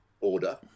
order